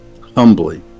humbly